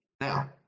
Now